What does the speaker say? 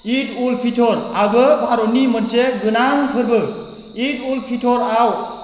इद उल फितरआबो भारतनि मोनसे गोनां फोरबो इद उल फितरआव